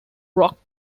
rock